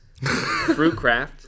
Fruitcraft